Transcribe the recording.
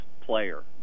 player